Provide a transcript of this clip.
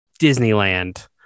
Disneyland